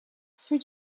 für